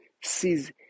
sees